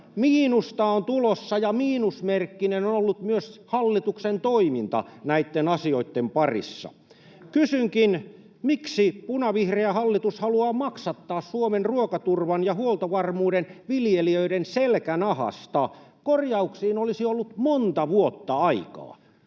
Miinusta on tulossa, ja miinusmerkkinen on ollut myös hallituksen toiminta näitten asioitten parissa. Kysynkin: miksi punavihreä hallitus haluaa maksattaa Suomen ruokaturvan ja huoltovarmuuden viljelijöiden selkänahasta? Korjauksiin olisi ollut monta vuotta aikaa.